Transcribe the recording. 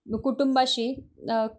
कुटुंबाशी